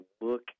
look